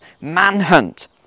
manhunt